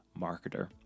marketer